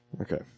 Okay